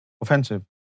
Offensive